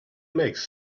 makes